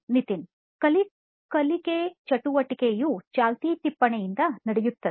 ನಿತಿನ್ ಕಲಿಕೆ ಚಟುವಟಿಕೆಯು ಚಾಲ್ತಿ ಟಿಪ್ಪಣಿಯಿಂದ ನಡೆಯುತ್ತದೆ